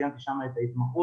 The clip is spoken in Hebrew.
סיימתי שם את ההתמחות